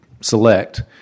select